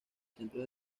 centros